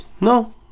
No